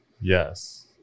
Yes